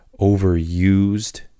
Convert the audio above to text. overused